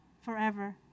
forever